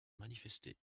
manifester